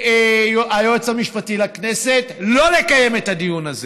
היועץ המשפטי לכנסת שלא לקיים את הדיון הזה: